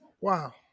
Wow